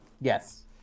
Yes